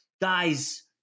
guys